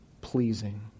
pleasing